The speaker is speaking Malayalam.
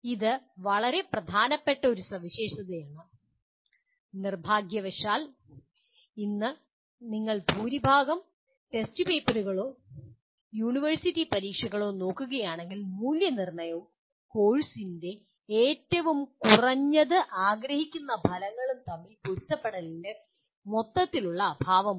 ഇത് വളരെ പ്രധാനപ്പെട്ട ഒരു സവിശേഷതയാണ് നിർഭാഗ്യവശാൽ ഇന്ന് നിങ്ങൾ ഭൂരിഭാഗം ടെസ്റ്റ് പേപ്പറുകളോ യൂണിവേഴ്സിറ്റി പരീക്ഷകളോ നോക്കുകയാണെങ്കിൽ മൂല്യനിർണ്ണയവും കോഴ്സിൻ്റെ ഏറ്റവും കുറഞ്ഞത് ആഗ്രഹിക്കുന്ന ഫലങ്ങളും തമ്മിൽ പൊരുത്തപ്പെടുത്തലിൻ്റെ മൊത്തത്തിലുള്ള അഭാവമുണ്ട്